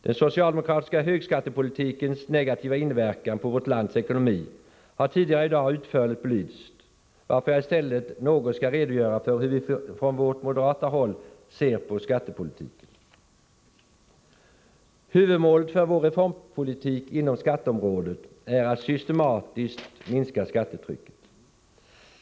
Den socialdemokratiska högskattepolitikens negativa inverkan på vårt lands ekonomi har tidigare i dag utförligt belysts, varför jag i stället något skall redogöra för hur vi från moderat håll ser på skattepolitiken. Huvudmålet för vår reformpolitik inom skatteområdet är att systematiskt minska skattetrycket.